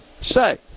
say